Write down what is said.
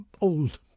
old